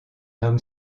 homme